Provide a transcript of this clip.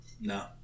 No